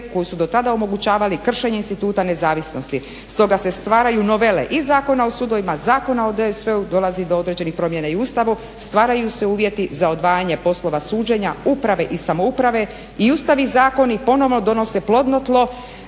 koji su do tada omogućavali kršenje instituta nezavisnosti. Stoga se stvaraju novele i Zakona o sudovima, Zakona o DSV-u, dolazi do određenih promjena i u Ustavu, stvaraju se uvjeti za odvajanje poslova suđenja uprave i samouprave i Ustav i zakon i ponovno donose plodno tlo